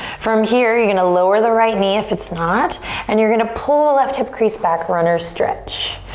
from here you're gonna lower the right knee if it's not and you're gonna pull left hip crease back, runner's stretch.